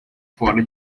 fora